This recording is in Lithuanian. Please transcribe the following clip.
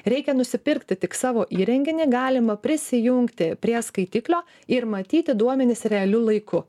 reikia nusipirkti tik savo įrenginį galima prisijungti prie skaitiklio ir matyti duomenis realiu laiku